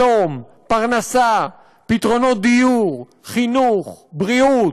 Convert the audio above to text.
שלום, פרנסה, פתרונות דיור, חינוך, בריאות.